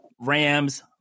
Rams